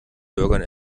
bürgern